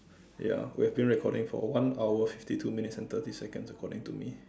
ya we have been recording for one hour fifty two minutes and thirty seconds according to me